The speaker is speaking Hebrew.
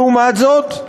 לעומת זאת,